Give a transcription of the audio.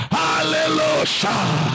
hallelujah